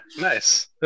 Nice